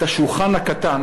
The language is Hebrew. את השולחן הקטן.